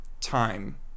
time